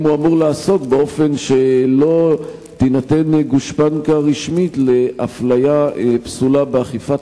הוא אמור לעסוק באופן שלא תינתן גושפנקה רשמית לאפליה פסולה באכיפת